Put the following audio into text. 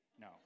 No